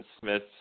Smith